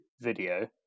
video